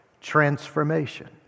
Transformation